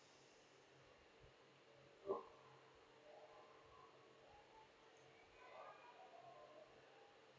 oh